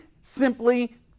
simply